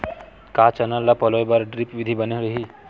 का चना ल पलोय बर ड्रिप विधी बने रही?